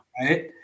Right